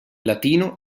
latino